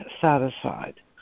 satisfied